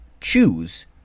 choose